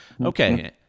Okay